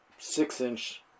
Six-inch